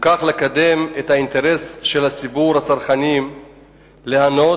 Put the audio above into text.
ובכך לקדם את האינטרס של ציבור הצרכנים ליהנות